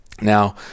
Now